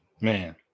Man